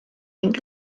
ning